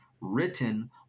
written